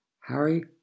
Harry